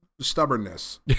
stubbornness